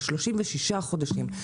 ל-36 חודשים,